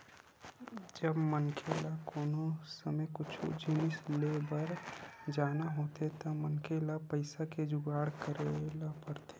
जब मनखे ल कोनो समे कुछु जिनिस लेय बर पर जाना होथे त मनखे ल पइसा के जुगाड़ करे ल परथे